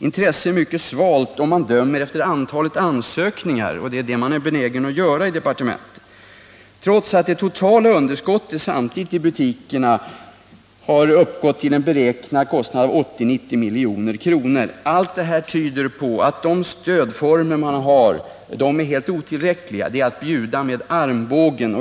Intresset är mycket svalt om man dömer efter antalet ansökningar — och det är det man är benägen att göra i departementet — trots att det totala underskottet i butikerna samtidigt uppgått till en beräknad kostnad av 80-90 milj.kr. Allt detta tyder på att de stödformer som finns är helt otillräckliga. Det är att bjuda med armbågen.